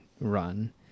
run